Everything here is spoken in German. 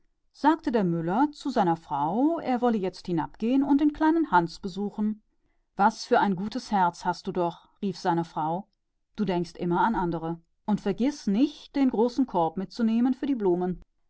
sagte der müller zu seinem weibe daß er mal hinuntergehen und nach dem kleinen hans sehen wolle was für ein gutes herz du hast rief die frau du denkst doch immer an die andern und vergiß nicht den großen korb mitzunehmen für die blumen